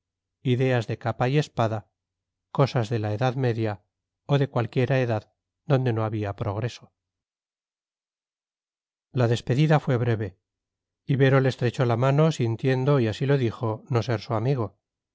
ideas de capa y espada cosas de la edad media o de cualquiera edad donde no había progreso la despedida fue breve ibero le estrechó la mano sintiendo y así lo dijo no ser su amigo